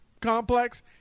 complex